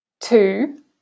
two